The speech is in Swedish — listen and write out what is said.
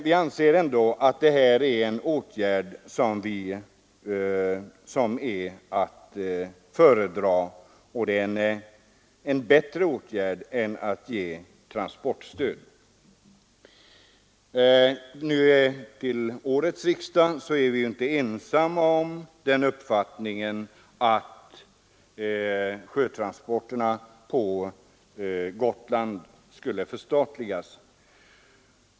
Vi anser ändå att det här är en åtgärd som är att föredra framför att ge transportstöd. Vid årets riksdag är vi inte ensamma om uppfattningen att sjötransporterna på Gotland bör förstatligas.